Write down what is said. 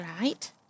Right